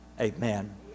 Amen